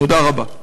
תודה רבה.